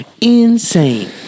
insane